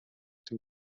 dem